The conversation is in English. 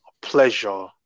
pleasure